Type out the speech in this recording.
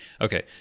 Okay